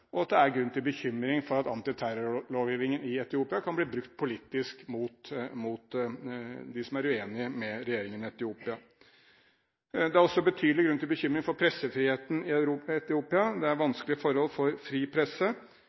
og at det er grunn til bekymring for at antiterrorlovgivingen kan bli brukt politisk mot dem som er uenige med regjeringen i Etiopia. Det er også betydelig grunn til bekymring for pressefriheten i Etiopia. Det er vanskelige forhold for fri presse.